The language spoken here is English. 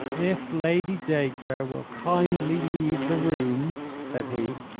if lady dacre will kindly leave the room, said he,